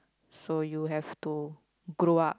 so you have to grow up